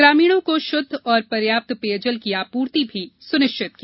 ग्रामीणों को शुद्ध और पर्याप्त पेयजल की आपूर्ति की सुनिश्चित हो